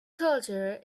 culture